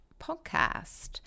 podcast